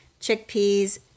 chickpeas